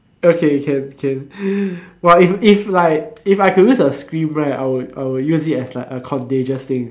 okay can can !wah! if if like if I could use a scream right I would I would use it as like a contagious thing